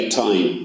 time